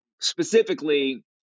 specifically